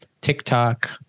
TikTok